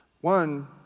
One